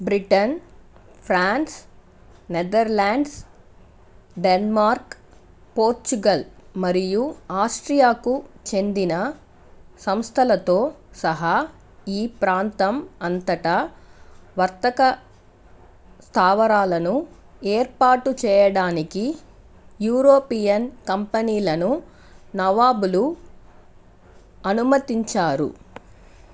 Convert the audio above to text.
Britain France Netherlands Denmark Portugal మరియు ఆస్ట్రియాకు చెందిన సంస్థలతో సహా ఈ ప్రాంతం అంతటా వర్తక స్థావరాలను ఏర్పాటు చేయడానికి యూరోపియన్ కంపెనీలను నవాబులు అనుమతించారు